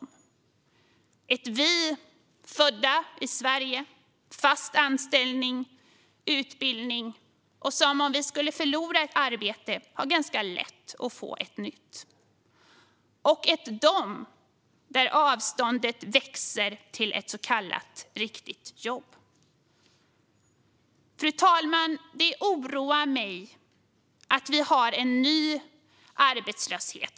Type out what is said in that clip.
Det är ett vi som är födda i Sverige, har fast anställning och utbildning och som har ganska lätt att få ett nytt jobb om vi skulle förlora ett arbete, och det är ett dem där avståndet växer till ett så kallat riktigt jobb. Fru talman! Det oroar mig att vi har en ny arbetslöshet.